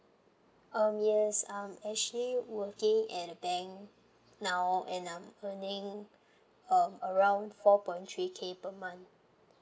um yes um actually working at a bank now and I'm earning um around four point three K per month